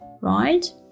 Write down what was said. right